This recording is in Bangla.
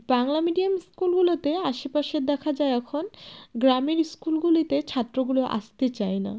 বাংলা মিডিয়াম স্কুলগুলোতে আশেপাশের দেখা যায় এখন গ্রামের স্কুলগুলিতে ছাত্রগুলো আসতে চায় না